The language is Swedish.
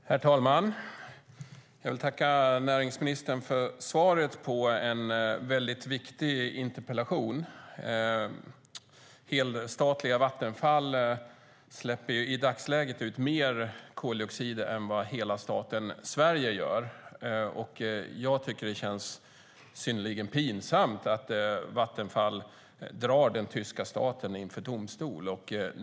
Herr talman! Jag tackar näringsministern för svaret på en mycket viktig interpellation. Helstatliga Vattenfall släpper i dagsläget ut mer koldioxid än vad hela staten Sverige gör. Jag tycker att det känns synnerligen pinsamt att Vattenfall drar den tyska staten inför domstol.